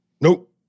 Nope